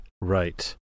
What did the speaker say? Right